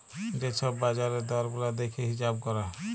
যে ছব বাজারের দর গুলা দ্যাইখে হিঁছাব ক্যরে